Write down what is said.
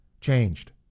changed